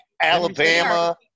Alabama